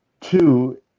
two